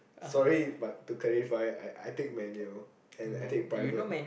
sorry but to clarify I I take manual and I take private